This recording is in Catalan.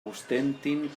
ostentin